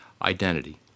identity